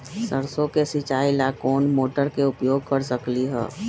सरसों के सिचाई ला कोंन मोटर के उपयोग कर सकली ह?